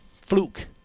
fluke